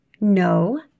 No